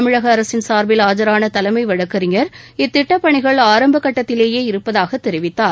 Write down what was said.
தமிழக அரசின் சார்பில் ஆஜரான தலைமை வழக்கறிஞர் இத்திட்டப் பணிகள் ஆரம்பக் கட்டத்திலேயே இருப்பதாகத் தெரிவித்தார்